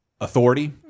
authority